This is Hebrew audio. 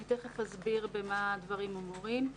אני תיכף אסביר במה הדברים אמורים.